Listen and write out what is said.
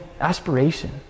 aspiration